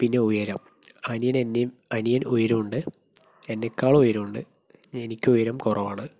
പിന്നെ ഉയരം അനിയൻ എന്നേം അനിയന് ഉയരമുണ്ട് എന്നേക്കാളും ഉയരമുണ്ട് എനിക്ക് ഉയരം കുറവാണ്